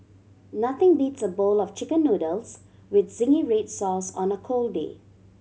nothing beats a bowl of Chicken Noodles with zingy red sauce on a cold day